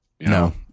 No